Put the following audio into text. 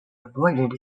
avoided